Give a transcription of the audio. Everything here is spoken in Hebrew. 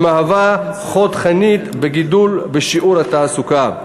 שהוא חוד החנית בגידול שיעור התעסוקה.